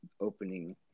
opening